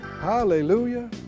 Hallelujah